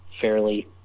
fairly